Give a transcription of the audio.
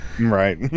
right